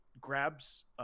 grabs